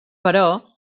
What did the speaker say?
però